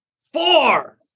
four